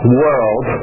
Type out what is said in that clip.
world